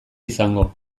izango